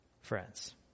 friends